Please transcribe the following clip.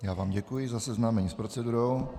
Já vám děkuji za seznámení s procedurou.